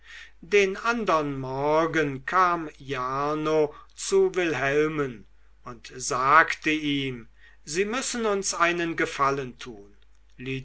den andern morgen kam jarno zu wilhelmen und sagte ihm sie müssen uns einen gefallen tun